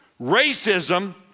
Racism